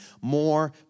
more